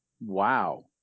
Wow